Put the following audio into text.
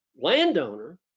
landowner